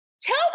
tell